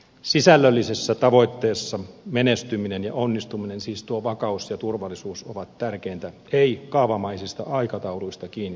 sisällöllisessä tavoitteessa menestyminen ja onnistuminen siis tuo vakaus ja turvallisuus on tärkeintä ei kaavamaisista aikatauluista kiinni pitäminen